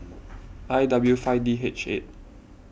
I W five D H eight